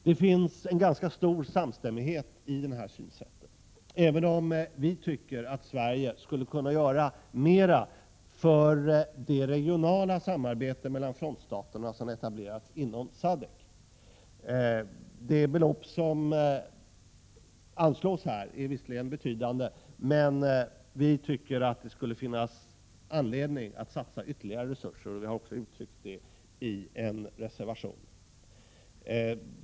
Det finns en ganska stor samstämmighet när det gäller detta synsätt, även om vi tycker att Sverige skulle kunna göra mer för det regionala samarbete mellan frontstaterna som etablerats inom SADCC. Det belopp som här anslås är visserligen betydande, men vi tycker att det finns anledning att satsa ytterligare resurser, och det har vi också uttryckt i en reservation.